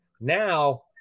Now